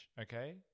okay